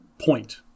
point